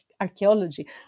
archaeology